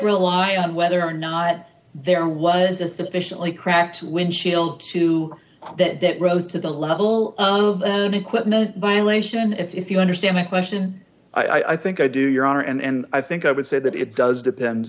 rely on whether or not there was a sufficiently cracked windshield to that that rose to the level of an equipment violation if you understand the question i think i do your honor and i think i would say that it does depend